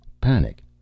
Panic